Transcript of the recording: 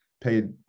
paid